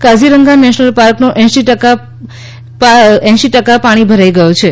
Kaziranga national પાર્કનો એંસી ટકા પાણી ભરાઈ ગયો છે